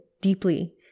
deeply